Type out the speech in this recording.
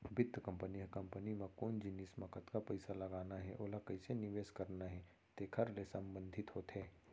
बित्त कंपनी ह कंपनी म कोन जिनिस म कतका पइसा लगाना हे ओला कइसे निवेस करना हे तेकर ले संबंधित होथे